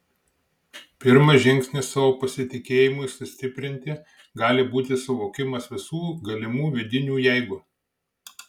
pirmas žingsnis savo pasitikėjimui sustiprinti gali būti suvokimas visų galimų vidinių jeigu